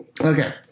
okay